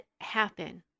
happen